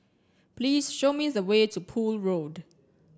please show me the way to Poole Road